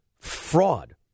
fraud